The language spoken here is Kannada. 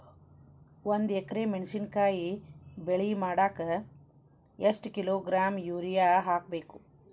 ಒಂದ್ ಎಕರೆ ಮೆಣಸಿನಕಾಯಿ ಬೆಳಿ ಮಾಡಾಕ ಎಷ್ಟ ಕಿಲೋಗ್ರಾಂ ಯೂರಿಯಾ ಹಾಕ್ಬೇಕು?